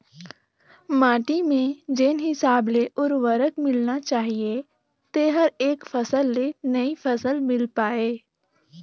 माटी में जेन हिसाब ले उरवरक मिलना चाहीए तेहर एक फसल ले नई फसल मिल पाय